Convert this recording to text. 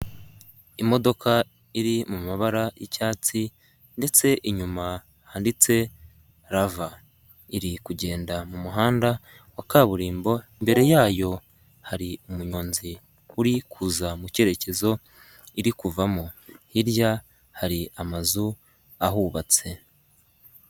Imodoka iri mu mabara y'icyatsi ndetse inyuma hanitse Rava, iri kugenda mu muhanda wa kaburimbo imbere yayo hari umunyonzi uri kuza mu kerekezo iri kuvamo, hirya hari amazu ahubatse.